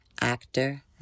actor